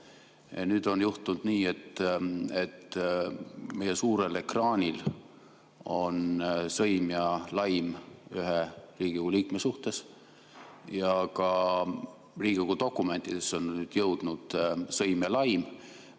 Nüüd on juhtunud nii, et meie suurel ekraanil on sõim ja laim ühe Riigikogu liikme suhtes ja ka Riigikogu dokumentidesse on nüüd jõudnud sõim ja laim.